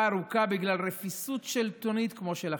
ארוכה בגלל רפיסות שלטונית כמו שלכם.